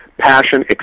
passion